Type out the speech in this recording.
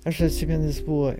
aš atsimenu jis buvo